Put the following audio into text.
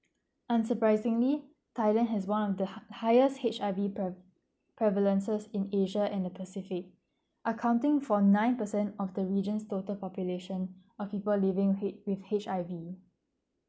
I'm surprisingly thailand has one of the hig~ highest H_I_V pre~ prevalences in asia and the pacific accounting from nine percent of the region's total population of people living h~ with H_I_V